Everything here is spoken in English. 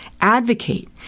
advocate